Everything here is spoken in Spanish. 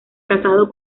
casado